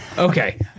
okay